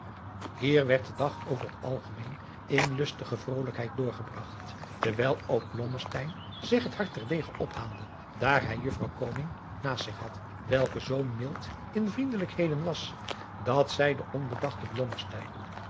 hier werd de dag over t algemeen in lustige vrolijkheid doorgebragt terwijl ook blommesteyn zich het hart ter dege ophaalde daar hij juffrouw koning naast zich had welke zoo mild in vriendelijkheden was dat zij den onbedachten